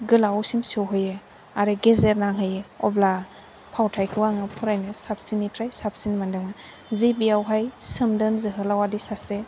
गोलावसिम सहैयो आरो गेजेर नांहैयो अब्ला फावथाइखौ आङो फरायनो साबसिननिफ्राय साबसिन मोनदोंमोन जे बेयावहाय सोमदोन जोहोलावादि सासे